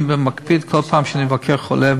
אני מקפיד כל פעם כשאני מבקר חולה,